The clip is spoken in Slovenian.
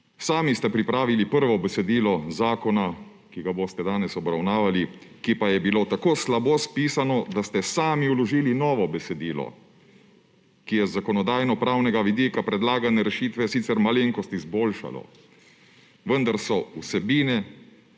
Sami ste pripravili prvo besedilo zakona, ki ga boste danes obravnavali, ki pa je bilo tako slabo spisano, da ste sami vložili novo besedilo, ki je z zakonodajno-pravnega vidika predlagane rešitve sicer malenkost izboljšalo. Vendar so vsebine